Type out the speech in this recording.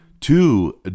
Two